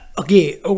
Okay